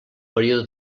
període